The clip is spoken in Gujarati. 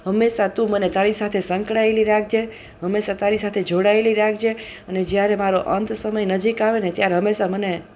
હંમેશા તું મને તારી સાથે સંકળાએલી રાખજે હંમેશા તારી સાથે જોડાએલી રાખજે અને જ્યારે મારો અંત સમય નજીક આવેને ત્યારે હંમેશા મને